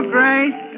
Grace